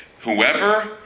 Whoever